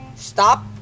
Stop